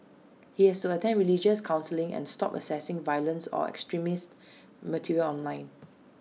he has to attend religious counselling and stop accessing violent or extremist material online